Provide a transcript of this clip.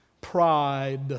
Pride